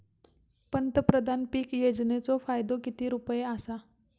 पंतप्रधान पीक योजनेचो फायदो किती रुपये आसा?